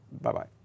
Bye-bye